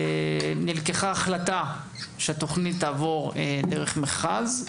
נלקחה החלטה שהתוכנית תעבור דרך מכרז,